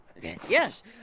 Yes